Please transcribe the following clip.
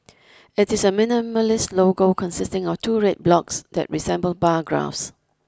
it is a minimalist logo consisting of two red blocks that resemble bar graphs